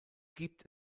gibt